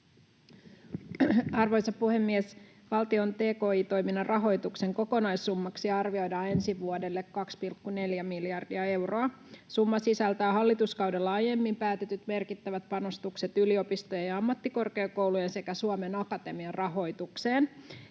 Arvoisa puhemies! Valtion tki-toiminnan rahoituksen kokonaissummaksi arvioidaan ensi vuodelle 2,4 miljardia euroa. Summa sisältää hallituskaudella aiemmin päätetyt merkittävät panostukset yliopistojen ja ammattikorkeakoulujen sekä Suomen Akatemian rahoitukseen.